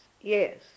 yes